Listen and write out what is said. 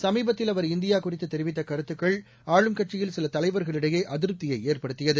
சமீபத்தில் அவர் இந்தியா குறித்து தெரிவித்த கருத்துக்கள் ஆளும்கட்சியில் சில தலைவர்களிடையே அதிருப்தியை ஏற்படுத்தியது